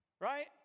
right